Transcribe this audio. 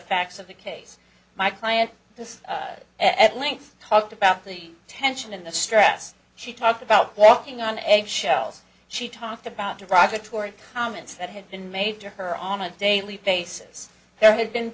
facts of the case my client this at length talked about the tension in the stress she talked about walking on egg shells she talked about derogatory comments that had been made to her on a daily basis there had been